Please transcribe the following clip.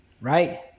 Right